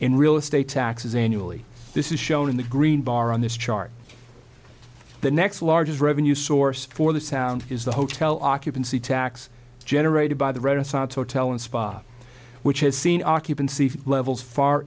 in real estate taxes in yulee this is shown in the green bar on this chart the next largest revenue source for the sound is the hotel occupancy tax generated by the renaissance hotel and spa which has seen occupancy levels far